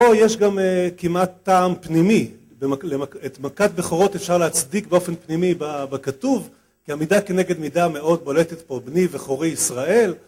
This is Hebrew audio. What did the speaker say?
פה יש גם כמעט טעם פנימי, את מכת בכורות אפשר להצדיק באופן פנימי בכתוב כי המידה כנגד מידה מאוד בולטת פה בני בכורי ישראל